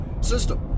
system